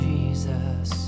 Jesus